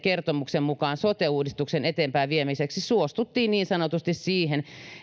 kertomusten mukaan sote uudistuksen eteenpäinviemiseksi niin sanotusti suostuttiin siihen